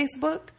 Facebook